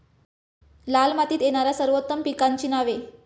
लाल मातीत येणाऱ्या सर्वोत्तम पिकांची नावे?